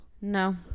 No